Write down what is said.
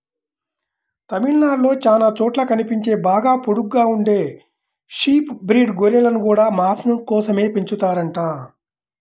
తమిళనాడులో చానా చోట్ల కనిపించే బాగా పొడుగ్గా ఉండే షీప్ బ్రీడ్ గొర్రెలను గూడా మాసం కోసమే పెంచుతారంట